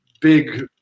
big